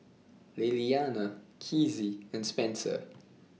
Lilliana Kizzie and Spencer